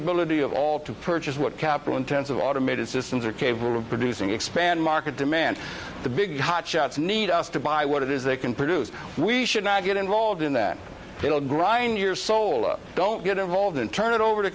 ability of all to purchase what capital intensive automated systems are capable of producing expand market demand the big hotshots need us to buy what it is they can produce we should not get involved in that they will grind your soul don't get involved and turn it over to